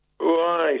Right